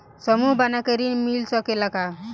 समूह बना के ऋण मिल सकेला का?